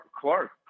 Clark